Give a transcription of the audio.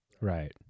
Right